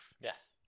Yes